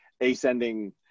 ascending